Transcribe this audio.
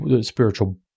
spiritual